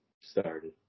started